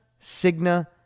Cigna